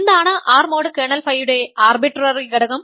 എന്താണ് R mod kernel ഫൈയുടെ arbitrary ഘടകം